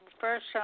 first